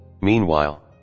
Meanwhile